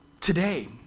today